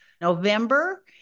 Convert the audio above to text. November